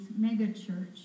megachurch